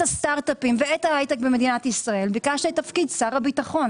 הסטארט אפים ואת ההייטק במדינת ישראל ביקשת תפקיד שר הביטחון